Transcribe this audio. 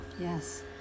yes